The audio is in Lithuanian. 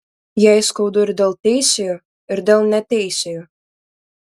jai skaudu ir dėl teisiojo ir dėl neteisiojo